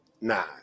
nah